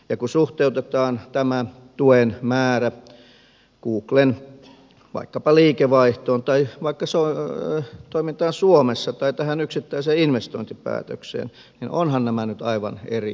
kun suhteutetaan tämä tuen määrä vaikkapa googlen liikevaihtoon tai vaikka toimintaan suomessa tai tähän yksittäiseen investointipäätökseen niin ovathan nämä nyt aivan eri maailmasta